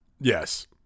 Yes